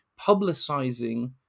publicizing